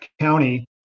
county